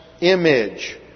image